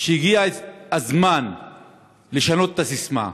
שהגיע הזמן לשנות את הסיסמה: